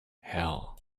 hell